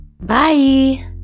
Bye